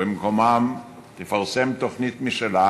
ובמקומם תפרסם תוכנית משלה,